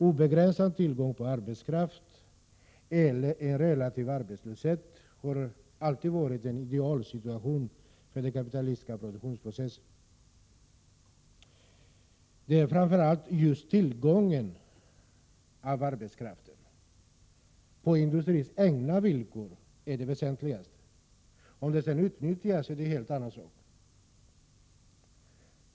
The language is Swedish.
Obegränsad tillgång på arbetskraft eller relativ arbetslöshet har alltid varit en idealsituation för den kapitalistiska produktionsprocessen. Det väsentligaste är framför allt just tillgången på arbetskraften på industrins egna villkor. Hur den sedan utnyttjas är en helt annan sak.